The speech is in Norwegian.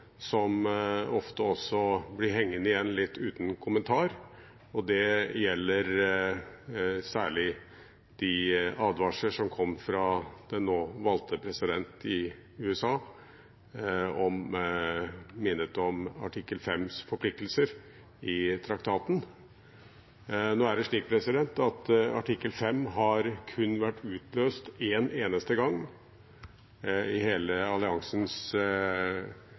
som ofte blir hengende igjen litt uten kommentar. Det gjelder særlig de advarsler som kom fra den nå valgte president i USA, som minnet om forpliktelsene i traktatens artikkel 5. Nå er det slik at artikkel 5 kun har vært utløst en eneste gang i hele alliansens